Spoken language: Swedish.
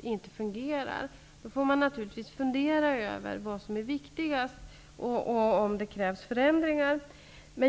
inte fungerar får man naturligtvis fundera över vad som är viktigast och om det krävs förändringar.